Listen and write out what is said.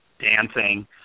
dancing